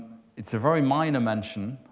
it's a very minor mention.